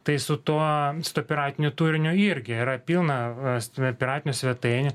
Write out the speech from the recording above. tai su tuo su tuo piratiniu turiniu irgi yra pilna rastume piratinių svetainių